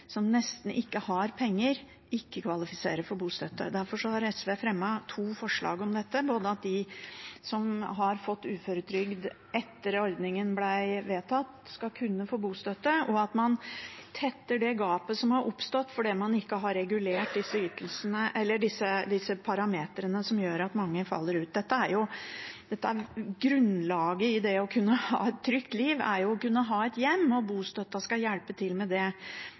som nesten ikke har penger, ikke kvalifiserer for bostøtte. Derfor har SV fremmet to forslag om dette, både at de som har fått uføretrygd etter at ordningen ble vedtatt, skal kunne få bostøtte, og at man tetter det gapet som har oppstått fordi man ikke har regulert disse parameterne som gjør at mange faller ut. Grunnlaget i det å ha et trygt liv er jo å kunne ha et hjem, og bostøtten skal hjelpe til med det.